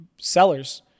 sellers